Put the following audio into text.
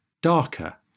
darker